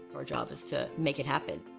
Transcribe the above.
our job is to make it happen.